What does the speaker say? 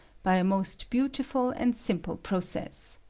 by a most beautifizl and simple process.